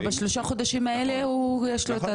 ובשלושה חודשים האלה הוא יש לו את התקופה.